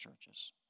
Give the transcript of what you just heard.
churches